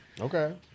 okay